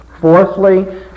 Fourthly